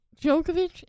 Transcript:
Djokovic